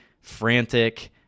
frantic